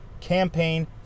campaign